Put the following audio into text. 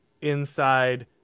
inside